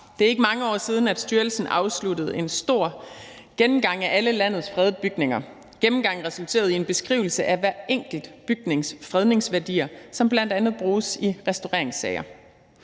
Det er ikke mange år siden, at styrelsen afsluttede en stor gennemgang af alle landets fredede bygninger. Gennemgangen resulterede i en beskrivelse af hver enkelt fredede bygnings fredningsværdier, som bl.a. bruges i restaureringssager.